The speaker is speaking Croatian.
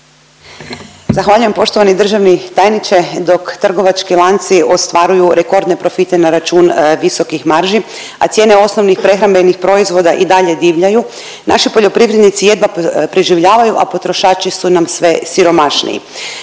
Zahvaljujem. Poštovani državni tajniče dok trgovački lanci ostvaruju rekordne profite na račun visokih marži, a cijene osnovnih prehrambenih proizvoda i dalje divljaju naši poljoprivrednici jedva preživljavaju, a potrošači su nam sve siromašniji.